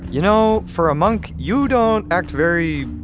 you know for a monk, you don't act very.